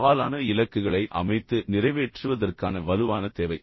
சவாலான இலக்குகளை அமைத்து நிறைவேற்றுவதற்கான வலுவான தேவை